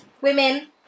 women